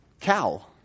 cow